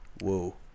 Whoa